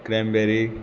cranberry